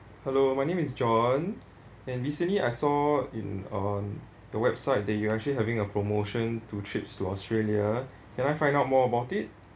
hello my name is john and recently I saw in on the website that you actually having a promotion to trips to australia can I find out more about it